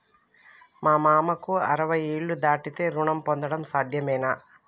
మా మామకు అరవై ఏళ్లు దాటితే రుణం పొందడం సాధ్యమేనా?